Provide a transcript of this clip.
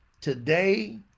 Today